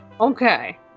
Okay